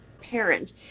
parent